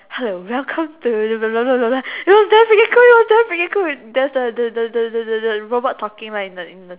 hello welcome to blah blah blah blah blah blah you know that's freaking cool it was damn freaking cool there's the the the the the robot talking right in the in the